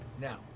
now